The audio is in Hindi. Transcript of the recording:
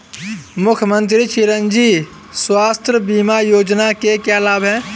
मुख्यमंत्री चिरंजी स्वास्थ्य बीमा योजना के क्या लाभ हैं?